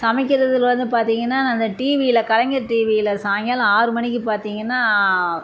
சமைக்கிறதில் வந்து பாத்தீங்கனா நான் அந்த டிவியில் கலைஞர் டிவியில் சாயங்காலம் ஆறு மணிக்கு பார்த்தீங்கனா